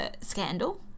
scandal